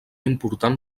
important